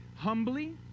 Humbly